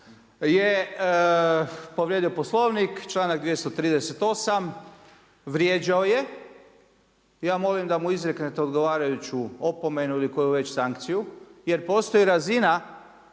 je povrijedio Poslovnik, članak 238., vrijeđao je. Ja molim da mu izreknete odgovarajuću opomenu ili koju već sankciju, jer postoji razina